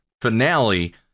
finale